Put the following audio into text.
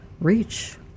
reach